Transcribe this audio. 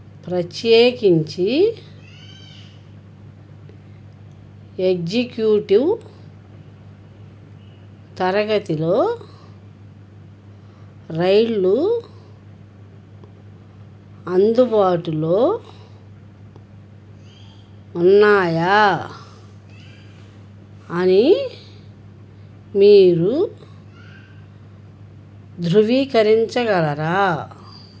ప్రత్యేకించి ఎగ్జిక్యూటివ్ తరగతిలో రైళ్ళు అందుబాటులో ఉన్నాయా అని మీరు ధృవీకరించగలరా